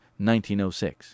1906